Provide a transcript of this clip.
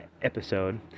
episode